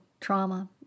trauma